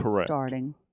starting